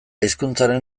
hizkuntzaren